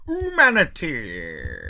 humanity